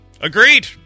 Agreed